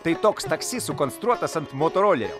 tai toks taksi sukonstruotas ant motorolerio